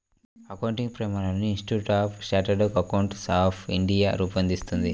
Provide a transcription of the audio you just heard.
accounting ప్రమాణాలను institute of chartered accountants of India రూపొందిస్తుంది